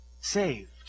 saved